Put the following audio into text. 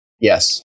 Yes